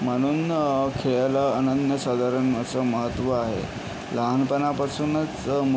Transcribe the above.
म्हणून खेळाला अनन्यसाधारण असं महत्त्व आहे लहानपणापासूनच मुलांना